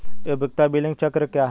उपयोगिता बिलिंग चक्र क्या है?